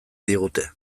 digute